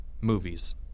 Movies